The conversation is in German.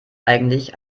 eigentlich